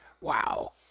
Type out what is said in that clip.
Wow